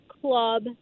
Club